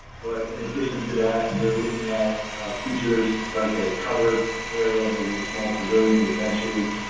but in addition to that, we were looking at features like a covered area and maybe a small pavilion with benches